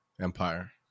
Empire